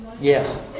Yes